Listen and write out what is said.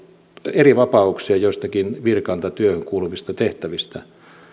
erivapauksia joistakin virkaan tai työhön kuuluvista tehtävistä